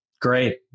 Great